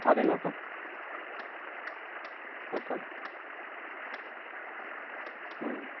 সাড়ে নটা সকাল হ্যাঁ